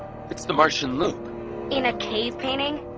it's the martian loop in a cave painting?